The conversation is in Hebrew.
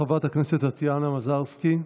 חברת הכנסת טטיאנה מזרסקי,